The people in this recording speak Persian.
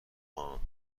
مانتس